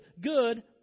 good